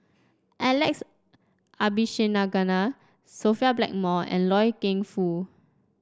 Alex Abisheganaden Sophia Blackmore and Loy Keng Foo